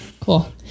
Cool